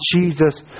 Jesus